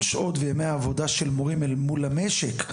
שעות וימי עבודה של מורים אל מול המשק,